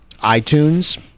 iTunes